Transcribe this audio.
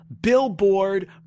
billboard